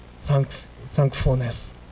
thankfulness